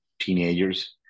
teenagers